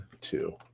two